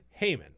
Heyman